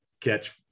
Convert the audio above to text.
catch